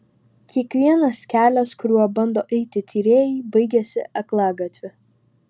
kiekvienas kelias kuriuo bando eiti tyrėjai baigiasi aklagatviu